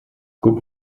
guck